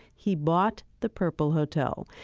he bought the purple hotel.